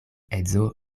edzo